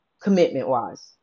commitment-wise